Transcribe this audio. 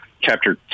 chapter